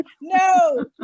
No